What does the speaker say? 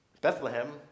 Bethlehem